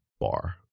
bar